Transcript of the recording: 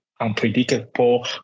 unpredictable